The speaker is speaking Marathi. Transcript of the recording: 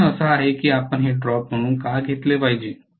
प्रश्न असा आहे की आपण हे ड्रॉप म्हणून का घेतले पाहिजे